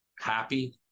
happy